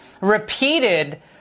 repeated